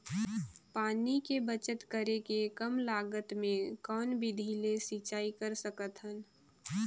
पानी के बचत करेके कम लागत मे कौन विधि ले सिंचाई कर सकत हन?